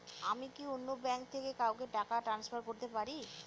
আমি কি অন্য ব্যাঙ্ক থেকে কাউকে টাকা ট্রান্সফার করতে পারি?